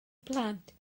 blant